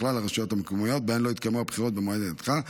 בכלל הרשויות המקומיות שבהן לא התקיימו הבחירות במועד הנדחה,